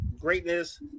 Greatness